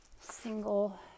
single